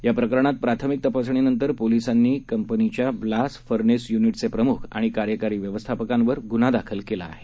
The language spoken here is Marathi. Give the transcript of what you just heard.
याप्रकरणातप्राथमिकतपासणीनंतरपोलीसांनीकंपन्याच्याब्लासफरनेसयुनिटचेप्रमुखआणिकार्यकारीव्यवस्थापकांवरगुन्हादाखलकेलाआहे